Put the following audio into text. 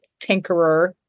tinkerer